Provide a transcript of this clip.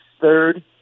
third